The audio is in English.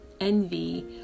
envy